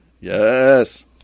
Yes